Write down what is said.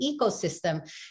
ecosystem